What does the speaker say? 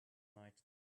night